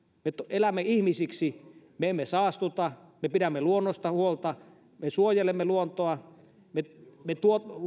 me elämme ihmisiksi me emme saastuta me pidämme luonnosta huolta me suojelemme luontoa me me